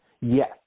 Yes